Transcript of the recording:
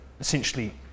essentially